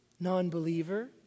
non-believer